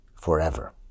forever